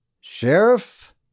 Sheriff